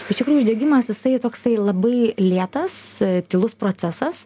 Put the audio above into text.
iš tikrųjų uždegimas jisai toksai labai lėtas tylus procesas